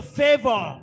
favor